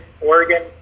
Oregon